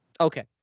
Okay